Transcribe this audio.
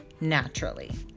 naturally